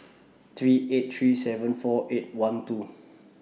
three eight three seven four eight one two